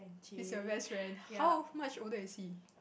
if you very stressed how much older you see